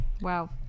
Wow